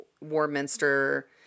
Warminster